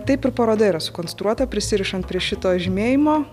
taip ir paroda yra sukonstruota prisirišant prie šito žymėjimo